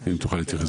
אם תוכל להתייחס